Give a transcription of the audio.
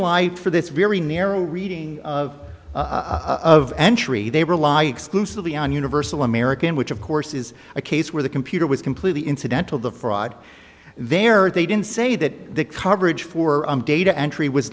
y for this very narrow reading of of entry they rely exclusively on universal american which of course is a case where the computer was completely incidental the fraud there or they didn't say that the coverage for data entry was